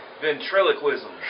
ventriloquism